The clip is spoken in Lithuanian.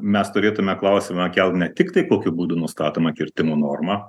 mes turėtume klausimą kelt ne tik tai kokiu būdu nustatoma kirtimo norma